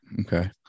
Okay